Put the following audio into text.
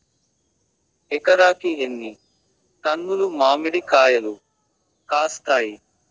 ఎకరాకి ఎన్ని టన్నులు మామిడి కాయలు కాస్తాయి?